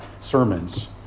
sermons